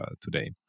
today